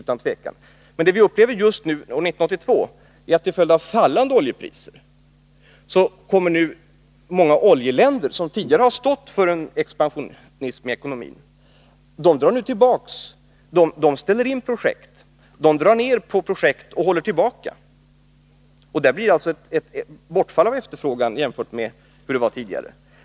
Men vad vi upplever just nu, år 1982, är att till följd av fallande oljepriser många oljeländer, som tidigare har stått för expansion i ekonomin, ställer in — eller drar ner på — projekt, håller tillbaka. Det blir alltså ett bortfall av efterfrågan jämfört med hur det var tidigare.